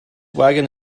wagon